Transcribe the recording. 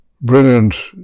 brilliant